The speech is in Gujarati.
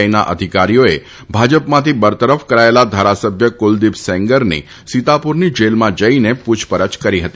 આઇના અધિકારીઓએ ભાજપમાંથી બરતફ કરાયેલા ધારાસભ્ય કુલદીપ સેંગરની સીતાપુરની જેલમાં જઇને પૂછપરછ કરી હતી